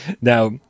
Now